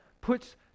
puts